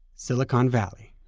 silicon valley